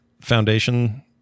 Foundation